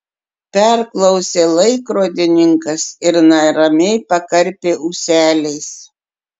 perklausė laikrodininkas ir neramiai pakarpė ūseliais